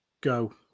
go